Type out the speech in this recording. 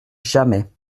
jamais